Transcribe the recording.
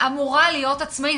אמורה להיות עצמאית.